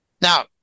Now